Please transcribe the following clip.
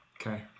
Okay